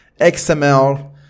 XML